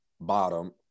bottom